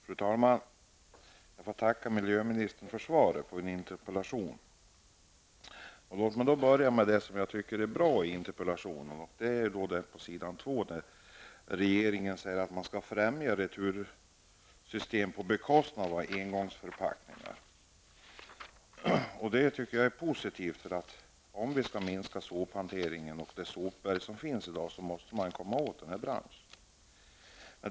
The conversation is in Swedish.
Fru talman! Jag får tacka miljöministern för svaret på min interpellation. Låt mig börja med det som jag tycker är bra i interpellationssvaret. Regeringen säger att man skall främja retursystem på bekostnad av engångsförpackningar. Detta tycker jag är positivt. Om vi skall minska sophanteringen och det sopberg som finns i dag måste vi komma åt den här branschen.